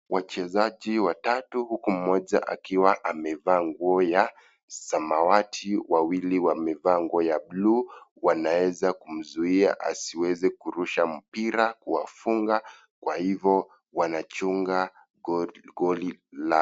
Wachezaji watatu huku mmoja akiwa amevaa nguo ya samawati wawili wamevaa nguo ya bluu wanaeza kumzuia asiweze kurusha mpira kuwafunga kwa hivo wanachunga goli lao.